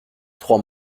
trois